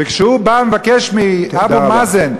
וכשהוא בא ומבקש מאבו מאזן,